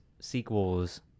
sequels